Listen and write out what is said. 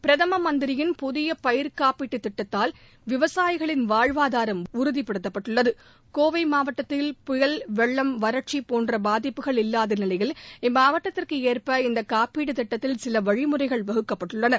பிரதம மந்திரியின் புதிய பயிர் காப்பீட்டுத் திட்டத்தால் விவசாயிகளின் வாழ்வாதாரம் உறுதிப்படுத்தப்பட்டுள்ளது கோவை மாவட்டத்தில் புயல் வெள்ளம் வறட்சி போன்ற பாதிப்புகள் இல்லாத நிலையில் இம்மாவட்டத்திற்கு ஏற்ப இந்த காப்பீடு திட்டத்தில் சில வழிமுறைகள் வகுக்கப்பட்டுள்ளன